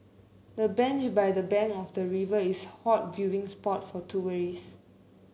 the bench by the bank of the river is a hot viewing spot for tourists